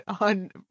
on